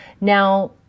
Now